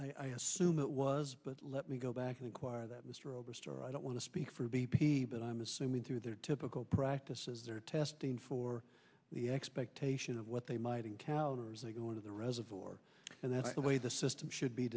pressures i assume it was but let me go back to inquire that mr oberstar i don't want to speak for b p but i'm assuming through their typical practices they're testing for the expectation of what they might encounter as they go into the reservoir and that the way the system should be